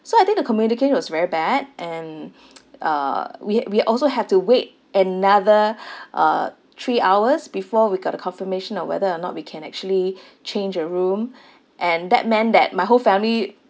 so I think the communication was very bad and uh we we also have to wait another uh three hours before we got the confirmation of whether or not we can actually change a room and that meant that my whole family